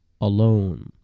alone